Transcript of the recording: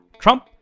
Trump